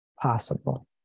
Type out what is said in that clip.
possible